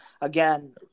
again